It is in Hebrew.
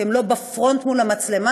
כי הם לא בפרונט מול המצלמה.